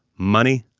money,